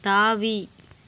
தாவி